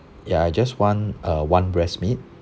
ya I just want uh one breast meat